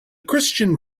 christian